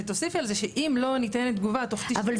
ותוסיפי על זה שאם לא ניתנת תגובה בתוך 90 ימים.